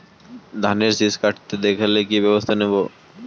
ধানের শিষ কাটতে দেখালে কি ব্যবস্থা নেব?